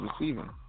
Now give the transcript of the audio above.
receiving